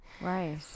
Right